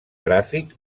gràfic